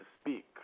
speak